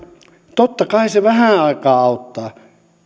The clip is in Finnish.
totta kai se vähän aikaa auttaa